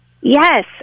Yes